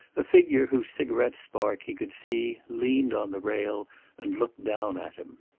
a figure whose cigarette-spark he could see leaned on the rail and looked down at him.